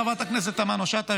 חברת הכנסת תמנו שטה,